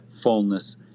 fullness